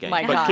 my god.